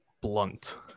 blunt